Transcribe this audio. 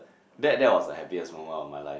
that that was the happiest moment of my life